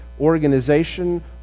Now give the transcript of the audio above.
organization